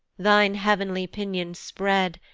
thine heav'nly pinions spread,